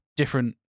Different